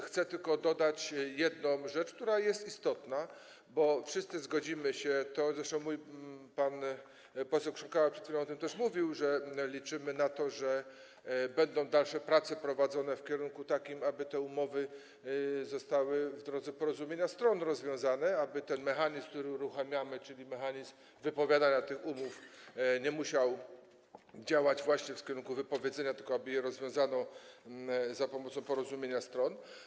Chcę dodać tylko jedną rzecz, która jest istotna, bo wszyscy zgodzimy się z tym, zresztą pan poseł Krząkała przed chwilą też o tym mówił, że liczymy na to, że dalsze prace będą prowadzone w takim kierunku, aby te umowy zostały w drodze porozumienia stron rozwiązane, aby mechanizm, który uruchamiamy, czyli mechanizm wypowiadania tych umów, nie musiał działać właśnie w kierunku wypowiedzenia, tylko aby je rozwiązano za pomocą porozumienia stron.